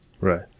Right